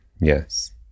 Yes